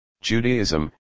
Judaism